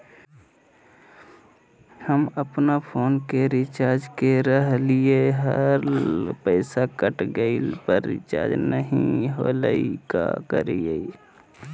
हम अपन फोन के रिचार्ज के रहलिय हल, पैसा कट गेलई, पर रिचार्ज नई होलई, का करियई?